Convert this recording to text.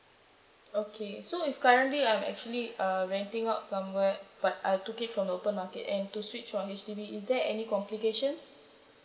okay so if currently I'm actually uh renting out somewhere but I took it from open market and to switch from H_D_B is there any complications